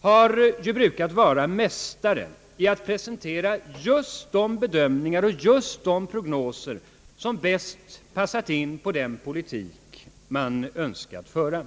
har brukat vara mästare i att presentera just de bedömningar och just de prognoser som bäst passat in på den politik den önskat föra.